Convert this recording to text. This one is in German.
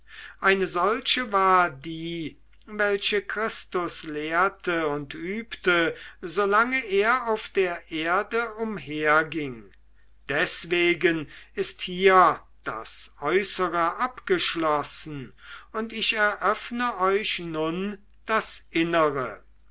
eine solche war die welche christus lehrte und übte solange er auf der erde umherging deswegen ist hier das äußere abgeschlossen und ich eröffne euch nun das innere